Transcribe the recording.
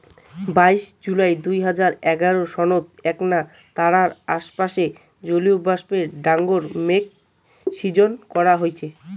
বাইশ জুলাই দুই হাজার এগারো সনত এ্যাকনা তারার আশেপাশে জলীয়বাষ্পর ডাঙর মেঘ শিজ্জন করা হইচে